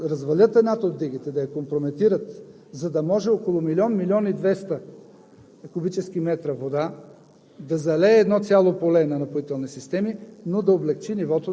Напоителни системи дойдоха и доброволно се съгласиха да развалят едната от дигите, да я компрометират, за да може около милион-милион и двеста кубически метра вода